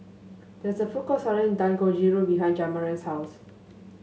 there is a food court selling Dangojiru behind Jamarion's house